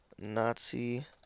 Nazi